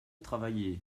travailler